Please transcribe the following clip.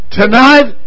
tonight